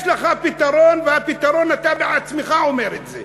יש לך פתרון, והפתרון, אתה בעצמך אומר את זה.